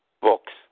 books